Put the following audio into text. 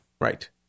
Right